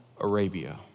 Arabia